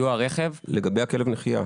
לגבי כלב נחיה.